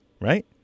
right